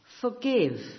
Forgive